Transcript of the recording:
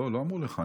לא, לא אמרו לך.